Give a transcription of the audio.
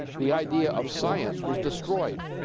the idea of science was destroyed